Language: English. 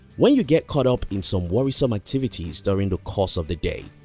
when you get caught up in some worrisome activities during the course of the day,